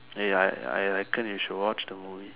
ya I I think you should watch the movie